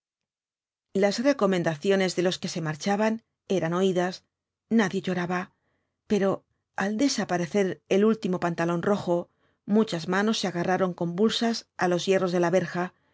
las recomendaciones de los que se marchaban eran oídas nadie lloraba pero al desaparecer el último pantalón rojo muchas manos se agarraron convulsas a los hierros de la verja